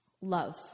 Love